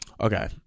Okay